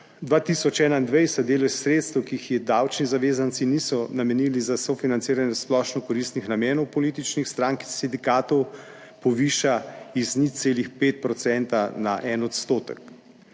2021, delež sredstev, ki jih davčni zavezanci niso namenili za sofinanciranje splošno koristnih namenov političnih strank in sindikatov poviša iz 0,5 % na 1 odstotek